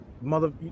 mother